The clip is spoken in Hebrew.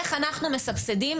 איך אנחנו מסבסדים,